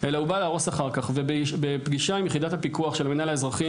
אלא הוא בא להרוס אחר כך ובפגישה עם יחידת הפיקוח של המינהל האזרחי